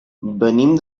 venim